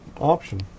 option